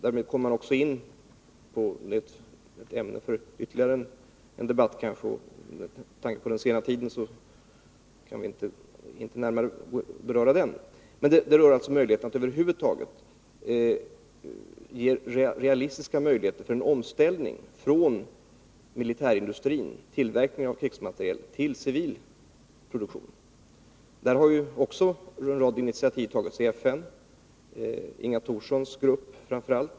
Därmed kommer man in på ytterligare en debatt, men med tanke på den sena timmen kan vi inte närmare beröra denna. Det rör förutsättningarna att över huvud taget ge realistiska chanser till en omställning från militärindustrins tillverkning av krigsmateriel till civil produktion. Där har också en rad initiativ tagits i FN, framför allt av Inga Thorssons grupp.